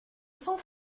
sans